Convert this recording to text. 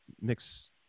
mix